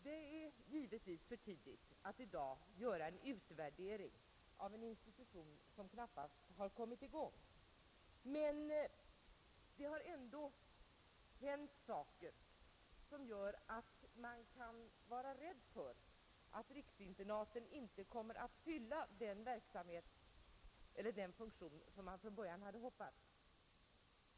Det är givetvis för tidigt att i dag göra en utvärdering av en institution, som knappast har kommit i gång, men det har ändå hänt saker som gör att man kan vara tveksam om huruvida riksinternaten kommer att fylla den funktion som man från början hade hoppats.